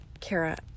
Kara